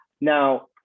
Now